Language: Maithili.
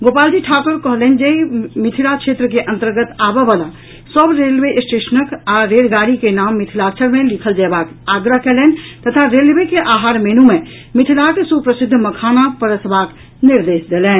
गोपाल जी ठाकुर कहलनि जे मिथिला क्षेत्र के अंतर्गत आबयवला सभ रेलवे स्टेशनक आ रेलगाड़ी के नाम मिथिलाक्षर मे लिखल जयबाक आग्रह कयलनि तथा रेलवे के आहार मेनू मे मिथिलाक सुप्रसिद्ध मखाना परसबाक निर्देश देलनि